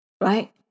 right